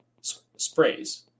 sprays